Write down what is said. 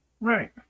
Right